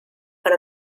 per